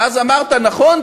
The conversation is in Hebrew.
ואז אמרת: נכון,